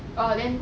oh then